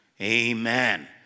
Amen